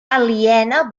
aliena